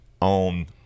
on